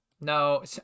no